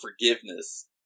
forgiveness